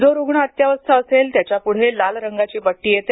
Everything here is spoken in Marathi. जो रुग्ण अत्यवस्थ असेल त्यांच्यापुढे लाल रंगाची पट्टी येते